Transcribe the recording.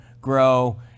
grow